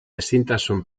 ezintasun